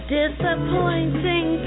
disappointing